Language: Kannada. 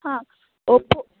ಹಾಂ ಒಪ್ಪೊ